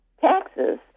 taxes